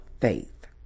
faith